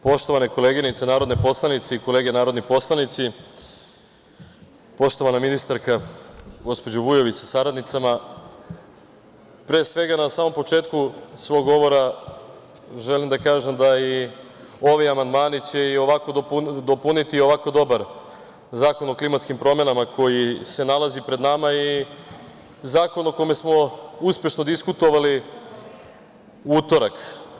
Poštovane koleginice narodne poslanice i kolege narodni poslanici, poštovana ministarka, gospođo Vujović, sa saradnicama, pre svega na samom početku svog govora želim da kažem da ovi amandmani će dopuniti i ovako dobar zakon o klimatskim promenama koji se nalazi pred nama i zakon o kojem smo uspešno diskutovali u utorak.